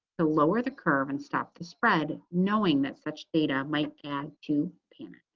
the lower the curve and stop the spread, knowing that such data might add to panic.